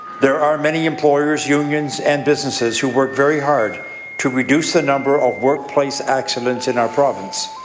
there are many employers, unions, and businesses who work very hard to reduce the number of workplace accidents in our province,